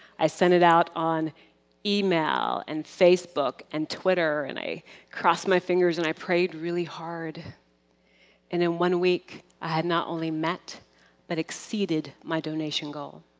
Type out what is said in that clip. i sent it out on email, and facebook and twitter, and i crossed my fingers and i prayed really hard. and in one week, i had not only met but exceeded my donation goal.